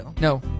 No